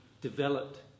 developed